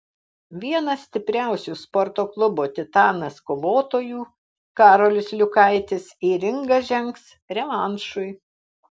vienas stipriausių sporto klubo titanas kovotojų karolis liukaitis į ringą žengs revanšui